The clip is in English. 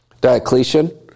Diocletian